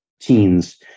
teens